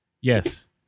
Yes